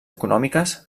econòmiques